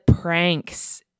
pranks